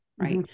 right